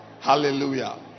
Hallelujah